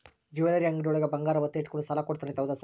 Jewellery ಅಂಗಡಿಯೊಳಗ ಬಂಗಾರ ಒತ್ತೆ ಇಟ್ಕೊಂಡು ಸಾಲ ಕೊಡ್ತಾರಂತೆ ಹೌದಾ ಸರ್?